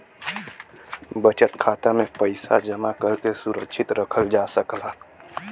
बचत खाता में पइसा जमा करके सुरक्षित रखल जा सकला